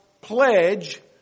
pledge